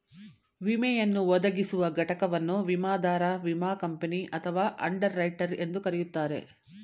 ವಿಮೆಯನ್ನು ಒದಗಿಸುವ ಘಟಕವನ್ನು ವಿಮಾದಾರ ವಿಮಾ ಕಂಪನಿ ಅಥವಾ ಅಂಡರ್ ರೈಟರ್ ಎಂದು ಕರೆಯುತ್ತಾರೆ